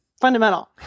fundamental